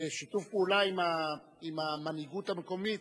שיתוף פעולה עם המנהיגות המקומית,